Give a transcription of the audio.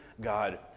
God